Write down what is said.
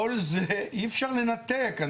את כל זה אי-אפשר לנתק.